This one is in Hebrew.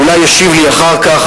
אולי ישיב לי אחר כך,